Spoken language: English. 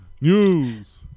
News